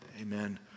Amen